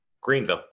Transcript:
Greenville